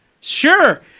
Sure